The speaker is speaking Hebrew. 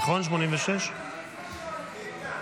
49 בעד, 60 נגד.